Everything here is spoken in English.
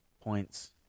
points